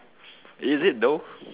is it though